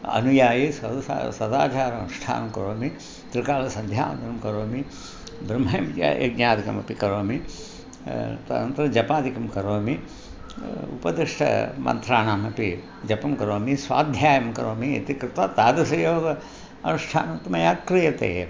अनुयायि सदस सदाचारानुष्ठानं करोमि त्रिकालसन्ध्यावन्दनं करोमि ब्रह्मविद्यायज्ञादिकमपि करोमि तदनन्तरं जपादिकं करोमि उपदिष्टं मन्त्राणामपि जपं करोमि स्वाध्यायं करोमि इति कृत्वा तादृशयोगम् अनुष्ठानं तु मया क्रियते एव